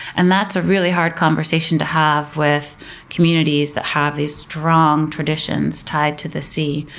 and that's a really hard conversation to have with communities that have these strong traditions tied to the sea,